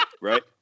Right